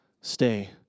Stay